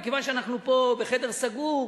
מכיוון שאנחנו פה בחדר סגור,